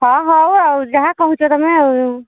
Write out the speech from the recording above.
ହଁ ହଉ ଆଉ ଯାହା କହୁଛ ତୁମେ ଆଉ